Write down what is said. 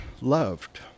loved